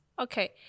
Okay